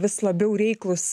vis labiau reiklūs